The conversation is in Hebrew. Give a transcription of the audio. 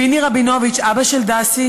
פיני רבינוביץ, אבא של דסי,